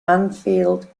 mansfield